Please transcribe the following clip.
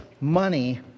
money